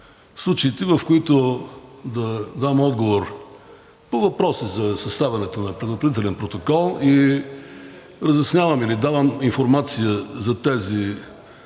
в които да дам отговор по въпроси за съставянето на предупредителен протокол, и разяснявам или давам информация за тези